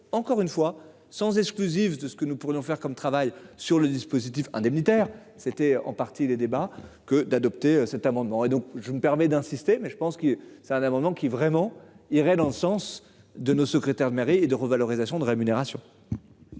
Encore une fois sans exclusive de ce que nous pourrions faire comme travail sur le dispositif indemnitaire c'était en partie les débats que d'adopter cet amendement. Donc je me permets d'insister mais je pense que c'est un amendement qui vraiment irait dans le sens de nos secrétaires de mairie et de revalorisation de rémunération.